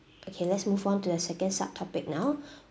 okay let's move on to the second sub topic now